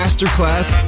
Masterclass